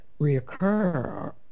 reoccur